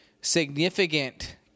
significant